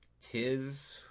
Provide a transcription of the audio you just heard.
Tis